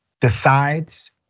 decides